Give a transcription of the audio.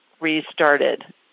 restarted